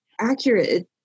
accurate